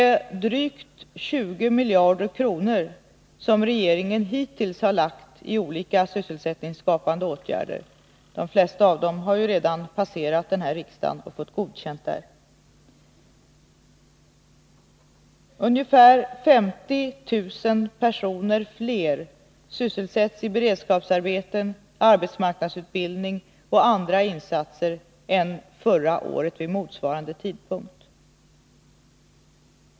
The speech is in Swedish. Regeringen har hittills lagt ned drygt 20 miljarder kronor på sysselsättningsskapande åtgärder. De flesta åtgärderna har ju redan fått godkänt av den här riksdagen. Ungefär 50 000 fler personer sysselsätts i beredskapsarbeten, arbetsmarknadsutbildning och annat än vid motsvarande tidpunkt förra året.